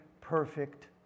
perfect